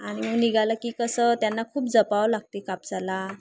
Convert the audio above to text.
आणि निघालं की कसं त्यांना खूप जपावं लागते कापसाला